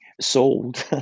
sold